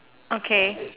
okay